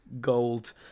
gold